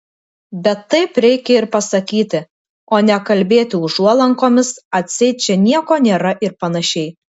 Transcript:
bet taip reikia ir pasakyti o ne kalbėti užuolankomis atseit čia nieko nėra ir panašiai